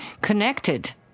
connected